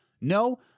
No